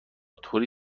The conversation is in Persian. طوری